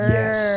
Yes